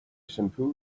shampoo